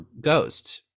ghosts